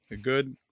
good